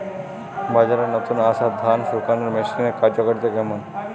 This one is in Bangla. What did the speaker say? বাজারে নতুন আসা ধান শুকনোর মেশিনের কার্যকারিতা কেমন?